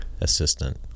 assistant